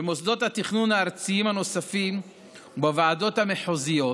במוסדות התכנון הארציים הנוספים ובוועדות המחוזיות